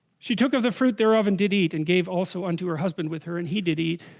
she took of the fruit thereof and did eat and gave, also unto her husband with her and he did eat